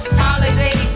holiday